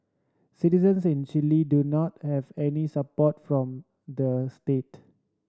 citizens in Chile do not have any support from the state